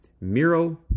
Miro